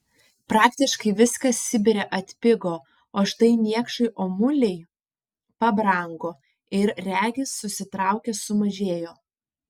praktiškai viskas sibire atpigo o štai niekšai omuliai pabrango ir regis susitraukė sumažėjo